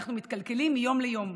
אנחנו מתקלקלים מיום ליום.